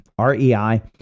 REI